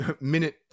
minute